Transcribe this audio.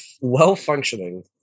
well-functioning